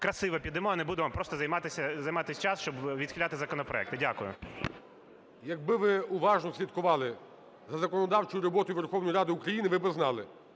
красиво підемо, а не будемо просто займати час, щоб відхиляти законопроекти. Дякую. ГОЛОВУЮЧИЙ. Якби ви уважно слідкували за законодавчою роботою Верховної Ради України, ви би знали,